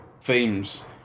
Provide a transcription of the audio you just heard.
themes